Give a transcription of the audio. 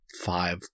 five